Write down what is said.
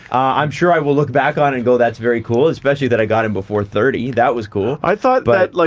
i'm sure i will look back on and go that's very cool especially that i got in before thirty. that was cool. i thought that but like,